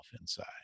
inside